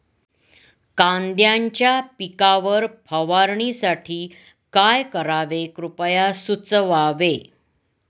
कांद्यांच्या पिकावर फवारणीसाठी काय करावे कृपया सुचवावे